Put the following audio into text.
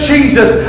Jesus